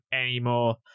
anymore